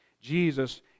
Jesus